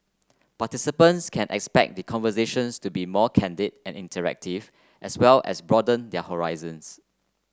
participants can expect the conversations to be more candid and interactive as well as broaden their horizons